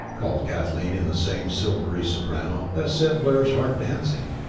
called kathleen in the same silvery soprano that set blair's heart dancing.